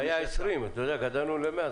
פעם זה היה 20. גדלנו ל-100.